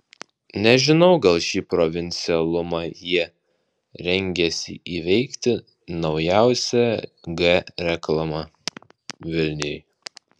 nežinau gal šį provincialumą jie rengiasi įveikti naujausia g reklama vilniui